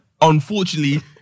unfortunately